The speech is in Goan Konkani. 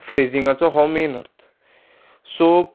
फ्रेजिंगाचो हो मेन अर्थ सो